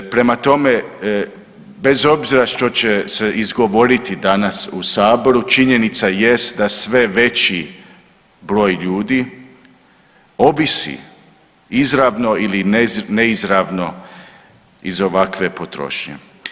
Prema tome, bez obzira što će se izgovoriti danas u saboru činjenica jest da sve veći broj ljudi ovisi izravno ili neizravno iz ovakve potrošnje.